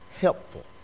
helpful